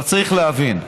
צריך להבין,